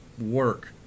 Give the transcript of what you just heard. work